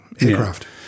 aircraft